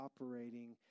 operating